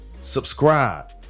subscribe